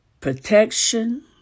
protection